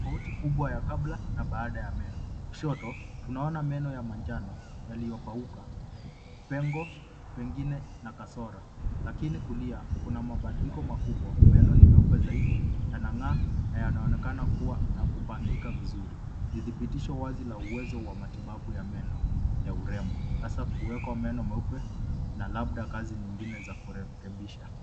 Tofauti kubwa ya kabla na baada ya meno. Kushoto tunaona meno ya manjano yaliyopauka, pengo pengine na kasoro lakini kulia kuna mabadiliko makubwa meno ni meupe zaidi na nang'aa na yanaonekana kuwa na kupangika vizuri. Nithibitisho wazi la uwezo wa matibabu ya meno ya urembo hasa kuwekwa meno meupe na labda kazi nyingine za kurekebisha.